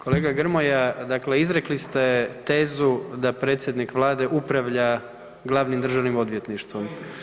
Kolega Grmoja, dakle izrekli ste tezu da predsjednik vlade upravlja glavnim državnim odvjetništvom.